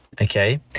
Okay